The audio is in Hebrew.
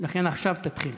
לכן עכשיו תתחיל.